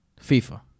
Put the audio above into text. FIFA